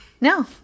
No